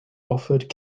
offered